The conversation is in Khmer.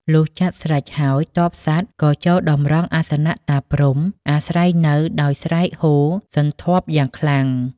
លុះចាត់ស្រេចហើយទ័ពសត្វក៏ចូលតម្រង់ អាសនៈតាព្រហ្មអាស្រ័យនៅដោយស្រែកហ៊ោសន្ធាប់យ៉ាងខ្លាំង។